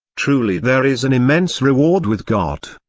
truly there is an immense reward with god.